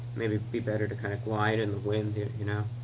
maybe be better to kind of glide in the wind, you know,